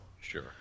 Sure